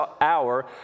hour